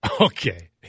Okay